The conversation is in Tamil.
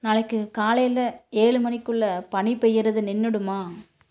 நாளைக்கு காலையில ஏழு மணிக்குள்ளே பனி பெய்கிறது நின்றுடுமா